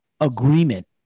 agreement